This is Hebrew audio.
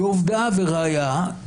עובדה וראיה,